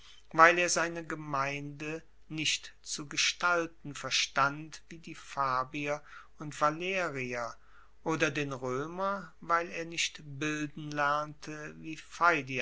weil er seine gemeinde nicht zu gestalten verstand wie die fabier und valerier oder den roemer weil er nicht bilden lernte wie